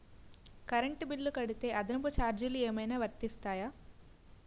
Current bill కడితే అదనపు ఛార్జీలు ఏమైనా వర్తిస్తాయా?